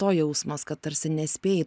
to jausmas kad tarsi nespėji